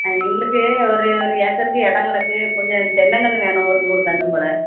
எங்களுக்கு ஒரு ஏக்கருக்கு இடம் கிடக்கு கொஞ்சம் தென்னங்கன்று வேணும் ஒரு நூறு கன்று போல்